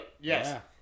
Yes